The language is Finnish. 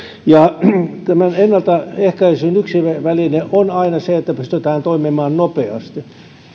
tämän ennaltaehkäisyn yksi väline on aina se että pystytään toimimaan nopeasti